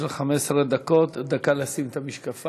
יש לך 15 דקות, ודקה לשים את המשקפיים.